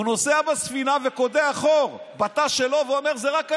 הוא נוסע בספינה וקודח חור בתא שלו ואומר: זה רק אני,